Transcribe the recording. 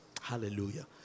hallelujah